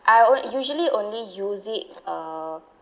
I on~ usually only use it uh